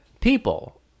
people